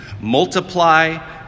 multiply